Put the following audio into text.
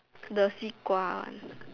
the 西瓜 one